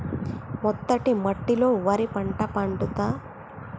మెత్తటి మట్టిలో వరి పంట పండుద్దా?